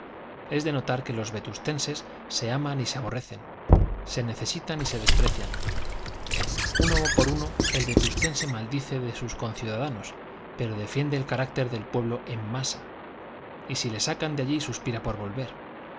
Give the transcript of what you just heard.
es de notar que los vetustenses se aman y se aborrecen se necesitan y se desprecian uno por uno el vetustense maldice de sus conciudadanos pero defiende el carácter del pueblo en masa y si le sacan de allí suspira por volver